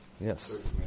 Yes